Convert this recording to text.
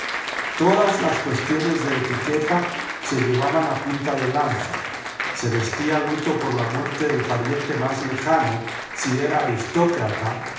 todas las cuestiones de etiqueta se llevaban a punta de lanza se vestía luto por la muerte del pariente más lejano si era aristócrata y